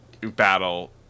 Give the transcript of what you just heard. battle